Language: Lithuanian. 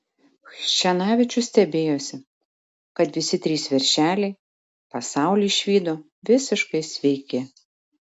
chščenavičius stebėjosi kad visi trys veršeliai pasaulį išvydo visiškai sveiki